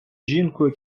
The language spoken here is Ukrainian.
жінкою